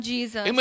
Jesus